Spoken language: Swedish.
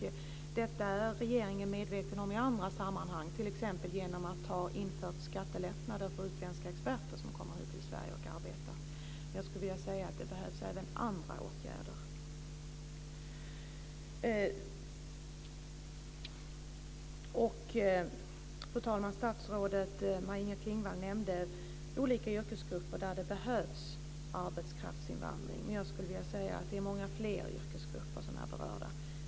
Detta är regeringen medveten om i andra sammanhang, t.ex. när man införde skattelättnader för utländska experter som kommer hit till Sverige och arbetar. Jag skulle vilja säga att det även behövs andra åtgärder. Fru talman! Statsrådet Maj-Inger Klingvall nämnde olika yrkesgrupper där det behövs arbetskraftsinvandring. Jag skulle vilja säga att det är många fler yrkesgrupper som är berörda.